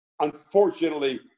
unfortunately